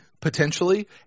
potentially